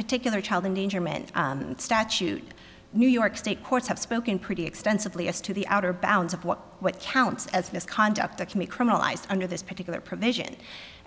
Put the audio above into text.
particular child endangerment statute new york state courts have spoken pretty extensively as to the outer bounds of what counts as misconduct that can be criminalized under this particular provision